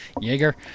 Jaeger